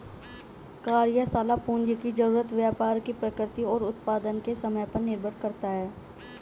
कार्यशाला पूंजी की जरूरत व्यापार की प्रकृति और उत्पादन के समय पर निर्भर करता है